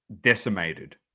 decimated